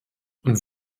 und